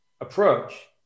approach